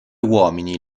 uomini